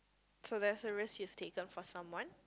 so there's a risk you've taken for someone